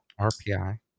RPI